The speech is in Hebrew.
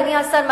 אדוני השר,